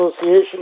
Association